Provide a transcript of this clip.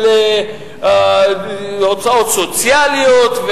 הוצאות סוציאליות,